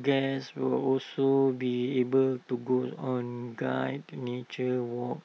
guests will also be able to go on guided nature walks